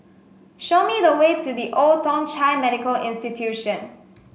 show me the way to The Old Thong Chai Medical Institution